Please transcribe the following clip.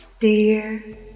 Dear